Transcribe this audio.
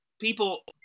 people